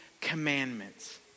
commandments